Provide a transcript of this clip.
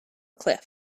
cliff